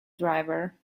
driver